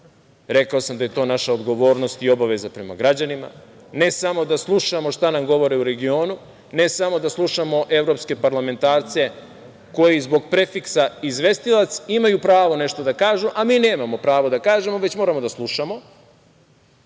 Rekao sam da je to naša obaveza i odgovornost prema građanima, ne samo da slušamo šta nam govore u regionu, ne samo da slušamo evropske parlamentarce, koji zbog prefiksa izvestilac, imaju pravo da nešto kažu, a mi nemamo pravo da kažemo, već moramo da slušamo.